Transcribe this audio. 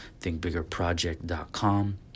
ThinkBiggerProject.com